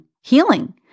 healing